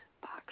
box